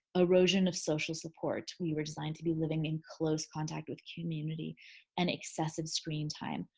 erosion of social support. we were designed to be living in close contact with community and excessive screen time.